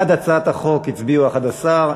בעד הצעת החוק הצביעו 11,